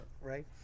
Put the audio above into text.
right